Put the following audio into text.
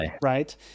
right